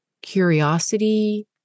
curiosity